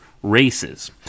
races